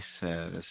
says